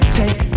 take